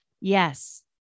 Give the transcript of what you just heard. Yes